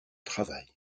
travail